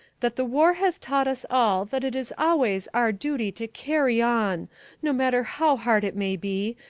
that the war has taught us all that it is always our duty to carry on no matter how hard it may be,